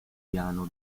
piano